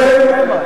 בשביל זה נבחרנו.